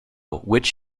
which